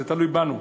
זה תלוי בנו.